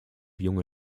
junge